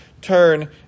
turn